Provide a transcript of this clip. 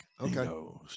okay